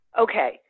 okay